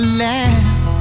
laugh